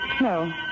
No